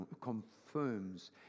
confirms